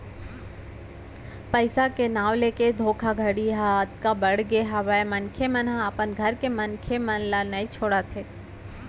पइसा के नांव लेके धोखाघड़ी ह अतका बड़गे हावय मनसे मन ह अपन घर के मनसे मन ल नइ छोड़त हे